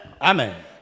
Amen